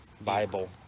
Bible